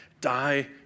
Die